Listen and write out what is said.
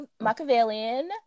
Machiavellian